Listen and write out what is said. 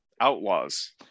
Outlaws